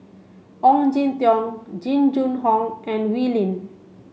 Ong Jin Teong Jing Jun Hong and Wee Lin